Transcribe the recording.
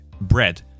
bread